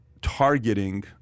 targeting